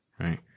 right